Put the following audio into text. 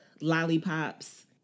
lollipops